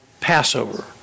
Passover